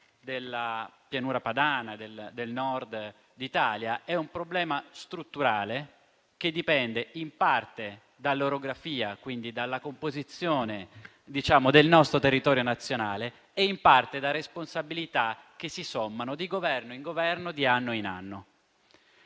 della pianura padana, del Nord d'Italia, è un problema strutturale che dipende in parte dall'orografia, quindi dalla composizione del nostro territorio nazionale, e in parte da responsabilità che si sommano di Governo in Governo, di anno in anno.